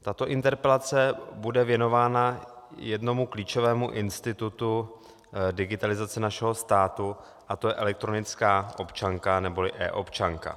Tato interpelace bude věnována jednomu klíčovému institutu digitalizace našeho státu, a to je elektronická občanka neboli eObčanka.